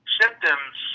symptoms